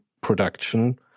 production